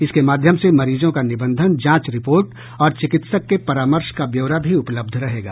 इसके माध्यम से मरीजों का निबंधन जांच रिपोर्ट और चिकित्सक के परामर्श का ब्यौरा भी उपलब्ध रहेगा